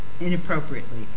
inappropriately